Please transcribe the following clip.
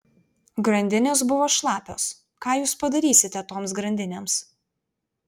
grandinės buvo šlapios ką jūs padarysite toms grandinėms